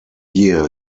year